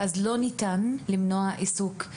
ואז לא ניתן למנוע עיסוק.